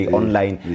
online